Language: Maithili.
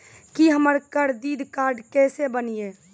की हमर करदीद कार्ड केसे बनिये?